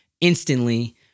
instantly